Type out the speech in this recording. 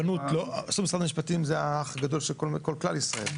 משרד המשפטים זה האח הגדול של כל כלל ישראלי,